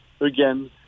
again